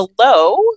hello